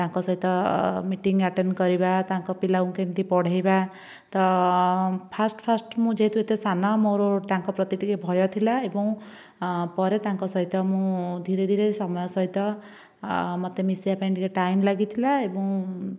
ତାଙ୍କ ସହିତ meeting attend କରିବା ତାଙ୍କ ପିଲାଙ୍କୁ କେମିତି ପଢ଼ାଇବା ତ ଫାଷ୍ଟ ଫାଷ୍ଟ ମୁଁ ଯେହେତୁ ଏତେ ସାନ ମୋର ତାଙ୍କ ପ୍ରତି ଟିକେ ଭୟ ଥିଲା ଏବଂ ପରେ ତାଙ୍କ ସହିତ ମୁଁ ଧୀରେ ଧୀରେ ସମୟ ସହିତ ମୋତେ ମିଶିବା ପାଇଁ ଟିକେ ଟାଇମ୍ ଲାଗିଥିଲା ଏବଂ